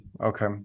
okay